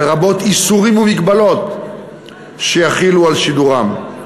לרבות איסורים ומגבלות שיחילו על שידורם.